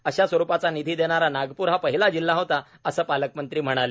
अशा स्वरूपाचा निधी देणारा नागपूर हा पहिला जिल्हा होता असे पालकमंत्री म्हणाले